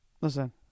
Listen